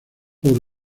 por